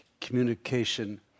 communication